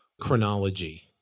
chronology